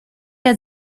der